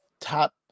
top